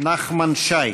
נחמן שי.